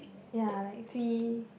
ya like three